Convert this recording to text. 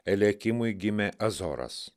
elekimui gimė azoras